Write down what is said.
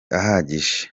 ahagije